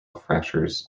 fractures